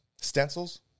stencils